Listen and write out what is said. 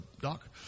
Doc